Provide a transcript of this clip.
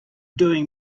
doing